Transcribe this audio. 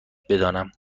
بدانم